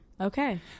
okay